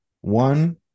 one